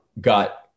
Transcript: got